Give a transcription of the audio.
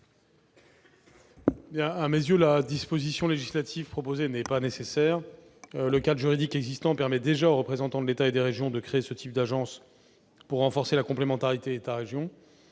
À mes yeux, la disposition proposée n'est pas nécessaire, le cadre juridique existant permettant déjà aux représentants de l'État et des régions de créer ce type d'agence pour renforcer la complémentarité entre